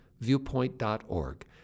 viewpoint.org